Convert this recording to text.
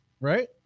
right